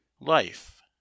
Life